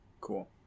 Cool